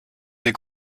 des